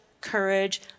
courage